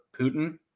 Putin